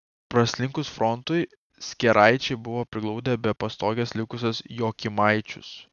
praslinkus frontui skėraičiai buvo priglaudę be pastogės likusius jokymaičius